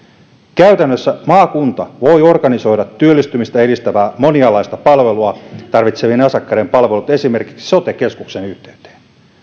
käytännössä maakunta voi organisoida työllistymistä edistävää monialaista palvelua tarvitsevien asiakkaiden palvelut esimerkiksi sote keskuksen yhteyteen